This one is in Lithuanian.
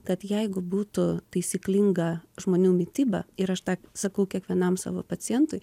kad jeigu būtų taisyklinga žmonių mityba ir aš tą sakau kiekvienam savo pacientui